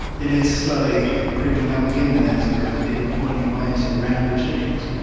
it is slowly creeping up again and that is because people are finding ways around the restrictions.